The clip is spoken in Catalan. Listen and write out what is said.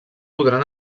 podran